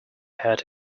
hat